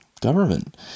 government